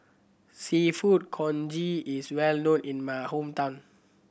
Seafood Congee is well known in my hometown